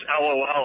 LOL